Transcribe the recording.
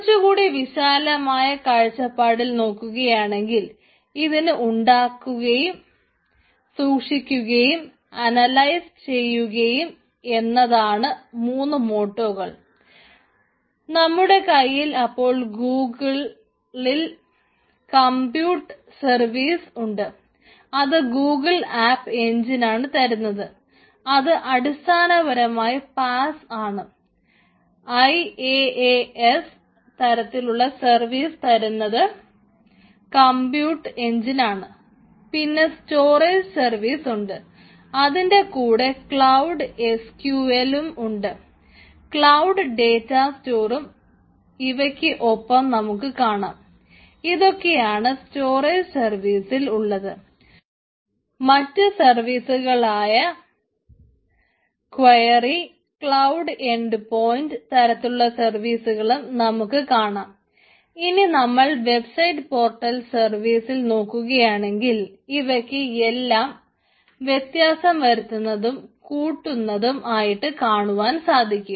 കുറച്ചു കൂടി വിശാലമായ കാഴ്ചപാടിൽ നോക്കുകയാണെങ്കിൽ ഇതിന് ഉണ്ടാക്കുകയും സൂക്ഷിക്കയും അനലയിസ് ചെയ്യുകയും എന്നതാണ് മൂന്നു മോട്ടോകൾ നോക്കുകയാണെങ്കിൽ ഇവക്ക് എല്ലാം വ്യത്യാസം വരുത്തുന്നതും കൂട്ടുന്നതും ആയിട്ട് കാണുവാൻ സാധിക്കും